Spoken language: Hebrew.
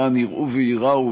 למען יראו וייראו,